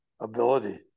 ability